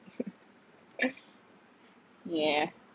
yeah